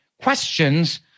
questions